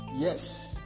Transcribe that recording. yes